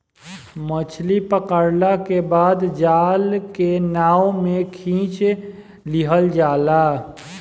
मछली पकड़ला के बाद जाल के नाव में खिंच लिहल जाला